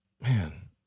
man